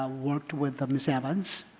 ah worked with ah ms. evans.